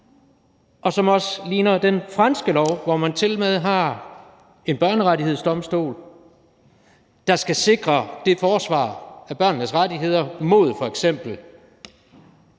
og som også ligner den franske lov, hvor man tilmed har en børnerettighedsdomstol, der skal sikre forsvar af børnenes rettigheder mod f.eks.